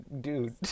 dude